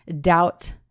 doubt